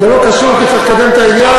זה לא קשור כי צריך לקדם את העניין,